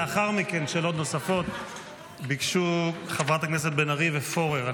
לאחר מכן ביקשו שאלות נוספות חברי הכנסת בן ארי ופורר.